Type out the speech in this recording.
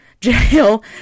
jail